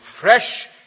fresh